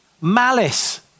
malice